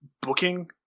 booking